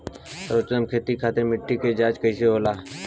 सर्वोत्तम खेती खातिर मिट्टी के जाँच कईसे होला?